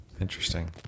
interesting